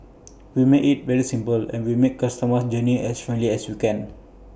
we make IT very simple and we make customer's journey as friendly as you can